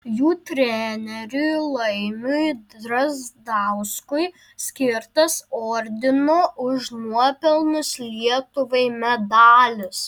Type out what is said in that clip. jų treneriui laimiui drazdauskui skirtas ordino už nuopelnus lietuvai medalis